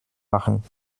machen